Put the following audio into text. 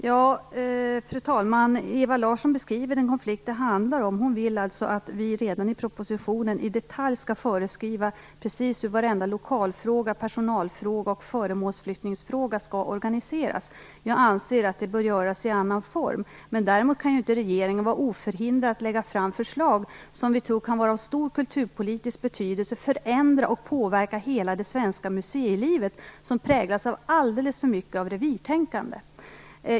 Fru talman! Ewa Larsson beskriver den konflikt som det handlar om. Hon vill att vi redan i propositionen i detelj skall föreskriva precis hur varenda lokalfråga, personalfråga och föremålsflyttningsfråga skall organiseras. Jag anser att det bör göras i annan form. Däremot kan regeringen inte vara oförhindrad att lägga fram förslag som vi tror kan vara av stor kulturpolitisk betydelse och som kan förändra och påverka hela det svenska museilivet, som präglas av alldeles för mycket av revirtänkande.